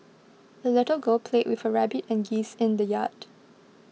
the little girl played with her rabbit and geese in the yard